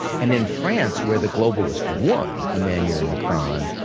and in france, where the globalist won, emmanuel macron,